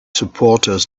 supporters